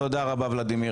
תודה רבה, ולדימיר.